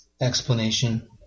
explanation